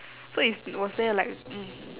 so it's was there like mm